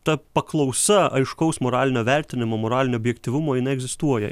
ta paklausa aiškaus moralinio vertinimo moralinio objektyvumo jinai egzistuoja